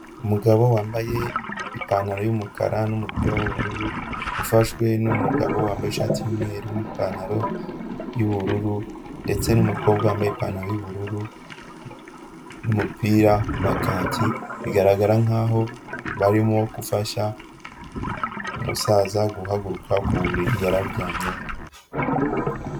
Umugabo wambaye ipantaro y'umukara n'umupira w'ubururu, ufashwe n'umugabo wambaye ishati y'umweru n'ipantaro y'ubururu ndetse n'umukobwa wambaye ipantaro y'ubururu n'umupira wa kaki, bigaragara nkaho barimo gufasha umusaza guhaguruka ku buriri yari aryamyeho.